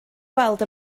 gweld